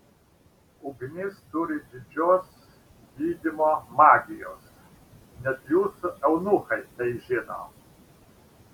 ugnis turi didžios gydymo magijos net jūsų eunuchai tai žino